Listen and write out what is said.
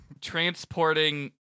transporting